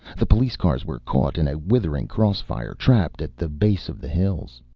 the police cars were caught in a withering cross-fire, trapped at the base of the hills.